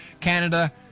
Canada